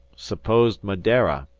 supposed madeira,